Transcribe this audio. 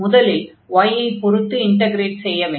முதலில் y ஐ பொருத்து இன்டக்ரேட் செய்ய வேண்டும்